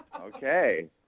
Okay